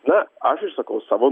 na aš išsakau savo